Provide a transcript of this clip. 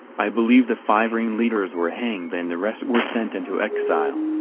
i believe the five ring leaders were hanged and the rest were sent into exile.